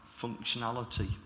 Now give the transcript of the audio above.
functionality